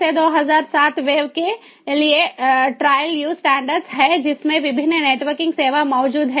3 2007 wave के लिए trial use standard है जिसमें विभिन्न नेटवर्किंग सेवा मौजूद है